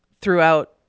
throughout